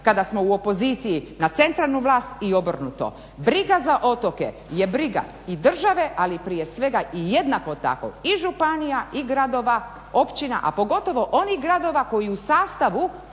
kada smo u opoziciji na centralnu vlast i obrnuto. Briga za otoke i države ali prije svega i jednako tako i županija i gradova i općina a pogotovo onih gradova koji u sastavu